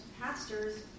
pastors